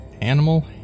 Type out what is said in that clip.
animal